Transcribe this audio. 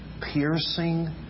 piercing